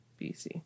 BC